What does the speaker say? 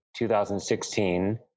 2016